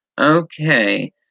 Okay